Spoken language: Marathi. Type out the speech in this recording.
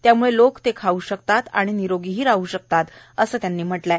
त्यामुळे लोक ते खाऊ शकतात आणि निरोगी राह् शकतात असं त्यांनी म्हटलं आहे